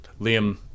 Liam